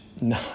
No